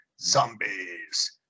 zombies